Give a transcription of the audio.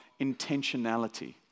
intentionality